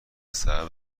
سبب